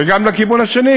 וגם לכיוון האחר,